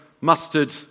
mustard